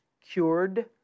cured